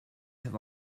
have